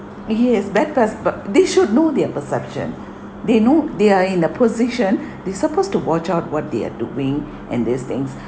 yes betters but they should know their perception they know they are in a position they supposed to watch out what they are doing and these things